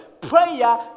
Prayer